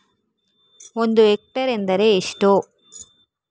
ಒಂದು ಹೆಕ್ಟೇರ್ ಎಂದರೆ ಎಷ್ಟು?